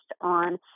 on